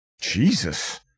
jesus